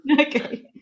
Okay